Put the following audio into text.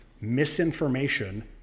misinformation